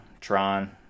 Tron